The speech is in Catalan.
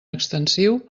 extensiu